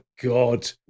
God